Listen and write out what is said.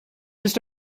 just